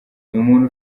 n’umuntu